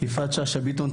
יפעת שאשא ביטון,